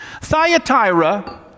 Thyatira